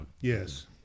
Yes